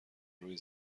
روی